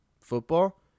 football